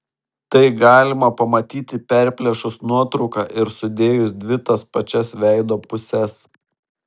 tai galima pamatyti perplėšus nuotrauką ir sudėjus dvi tas pačias veido puses